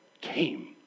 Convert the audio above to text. came